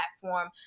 platform